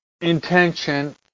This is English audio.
intention